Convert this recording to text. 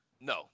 No